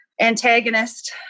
antagonist